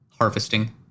harvesting